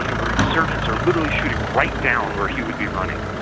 you know where insurgents are literally shooting right down where he would be running,